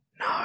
no